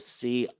see